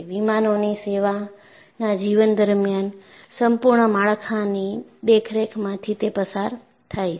વિમાનોની સેવાના જીવન દરમિયાન સંપૂર્ણ માળખાની દેખરેખમાંથી તે પસાર થાય છે